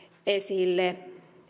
esille